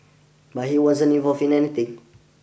but he wasn't involved in anything